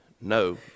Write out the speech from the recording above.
No